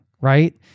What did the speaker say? right